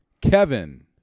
Kevin